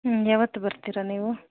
ಹ್ಞೂ ಯಾವತ್ತು ಬರ್ತೀರಾ ನೀವು